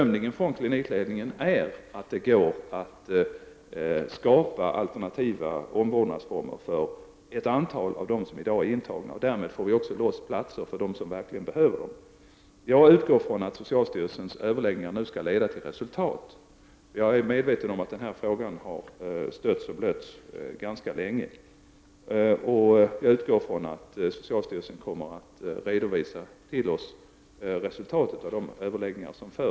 Klinikledningens bedömning är att det går att skapa alternativa omvårdnadsformer för ett antal av dem som i dag är intagna, och därmed får vi också loss platser för dem som verkligen behöver det. Jag utgår ifrån att socialstyrelsens överläggningar nu skall leda till resultat. Jag är medveten om att den här frågan har stötts och blötts ganska länge, men jag utgår ifrån att socialstyrelsen kommer att redovisa för regeringen resultatet av de överläggningar som förs.